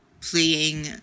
playing